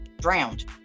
drowned